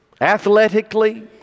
athletically